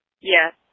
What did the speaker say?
yes